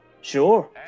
sure